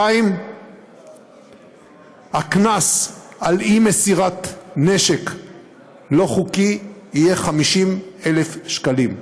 2. הקנס על אי-מסירת נשק לא חוקי יהיה 50,000 שקלים,